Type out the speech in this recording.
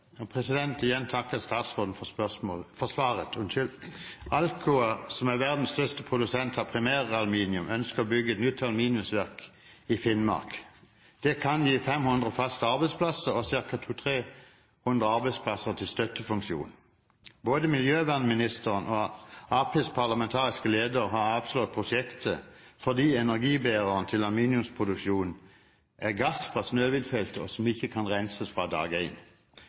og mitt arbeid i tiden som kommer. Jeg vil igjen takke statsråden for svaret. Alcoa, som er verdens største produsent av primæraluminium, ønsker å bygge et nytt aluminiumsverk i Finnmark. Det kan gi 500 faste arbeidsplasser og ca. 200–300 arbeidsplasser til støttefunksjon. Både miljøvernministeren og Arbeiderpartiets parlamentariske leder har avslått prosjektet fordi energibæreren til aluminiumsproduksjonen er gass fra Snøhvitfeltet, som ikke kan renses fra dag